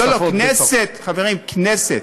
חברים, כנסת.